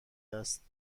است